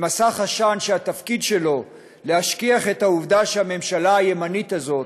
מסך עשן שהתפקיד שלו להשכיח את העובדה שהממשלה הימנית הזאת